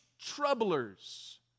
troublers